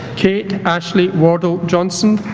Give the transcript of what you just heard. kate ashleigh wardell-johnson